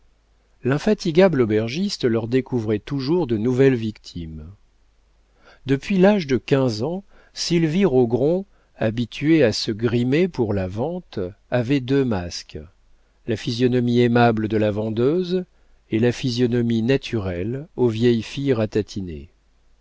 l'infatigable aubergiste leur découvrait toujours de nouvelles victimes depuis l'âge de quinze ans sylvie rogron habituée à se grimer pour la vente avait deux masques la physionomie aimable de la vendeuse et la physionomie naturelle aux vieilles filles ratatinées